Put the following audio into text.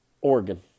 Oregon